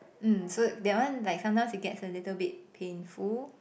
mm so that one like sometimes it gets a little bit painful